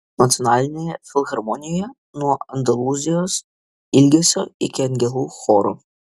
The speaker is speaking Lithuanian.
nacionalinėje filharmonijoje nuo andalūzijos ilgesio iki angelų choro